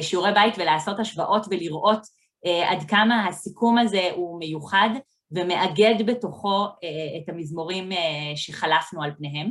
שיעורי בית ולעשות השוואות ולראות עד כמה הסיכום הזה הוא מיוחד ומאגד בתוכו את המזמורים שחלפנו על פניהם.